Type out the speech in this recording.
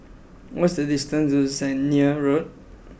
what is the distance to Zehnder Road